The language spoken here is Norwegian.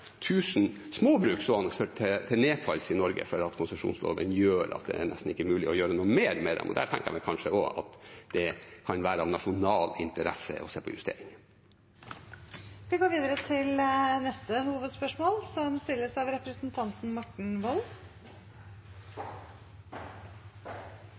til nedfall i Norge fordi konsesjonslovene gjør at det nesten ikke er mulig å gjøre noe mer med dem. Der tenker jeg kanskje at det kan være av nasjonal interesse å se på justeringer. Vi går videre til neste hovedspørsmål.